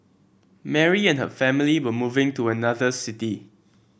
Mary and her family were moving to another city